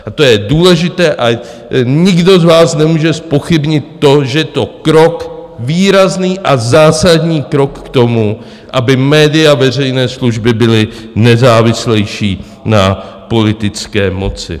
A to je důležité a nikdo z vás nemůže zpochybnit to, že je to krok, výrazný a zásadní krok k tomu, aby média veřejné služby byla nezávislejší na politické moci.